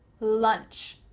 lunch.